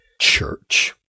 church